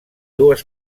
dues